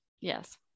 Yes